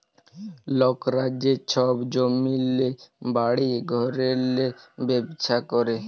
লকরা যে ছব জমিল্লে, বাড়ি ঘরেল্লে ব্যবছা ক্যরে